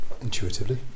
Intuitively